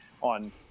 on